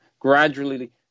gradually